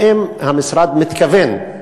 האם המשרד מתכוון,